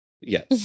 Yes